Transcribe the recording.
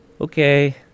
Okay